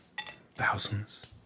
thousands